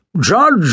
Judge